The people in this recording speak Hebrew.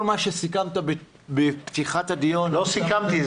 כל מה שסיכמת בפתיחת הדיון --- לא סיכמתי,